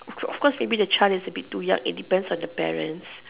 of course maybe the child is a bit too young it depends on the parents